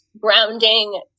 Grounding